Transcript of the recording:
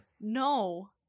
No